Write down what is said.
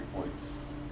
points